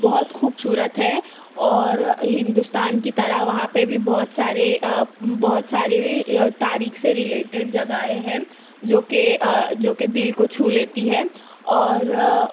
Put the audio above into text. بہت خوبصورت ہے اور ہندوستان کی طرح وہاں پہ بھی بہت سارے بہت ساری تاریخ سے ریلیٹڈ جگہیں ہے جو کہ جو کہ دل کو چھو لیتی ہے اور